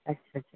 अच्छा